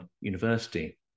University